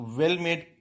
well-made